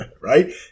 right